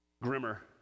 grimmer